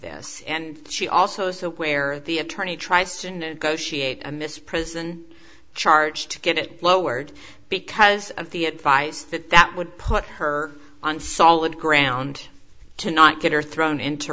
this and she also saw where the attorney tries to negotiate a miss prison charge to get it lowered because of the advice that that would put her on solid ground to not get her thrown into